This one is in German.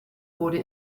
wurde